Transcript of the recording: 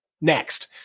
next